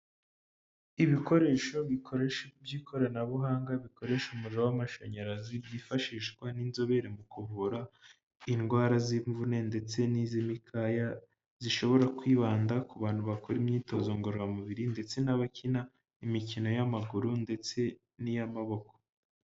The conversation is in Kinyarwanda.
Ibikoresho by'ikoranabuhanga bikoresha umuriro w'amashanyarazi byifashishwa n'inzobere mu kuvura indwara z'imvune ndetse n'iz'imikaya zishobora kwibanda ku bantu bakora imyitozo ngororamubiri ndetse n'abakina imikino y'amaguru ndetse n'iy'amaboko.